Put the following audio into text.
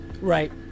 Right